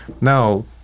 Now